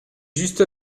jusque